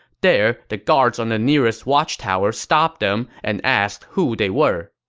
there, the guards on the nearest watchtower stopped them and asked who they were.